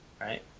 right